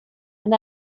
and